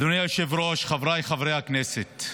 אדוני היושב-ראש, חבריי חברי הכנסת,